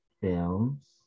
films